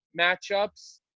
matchups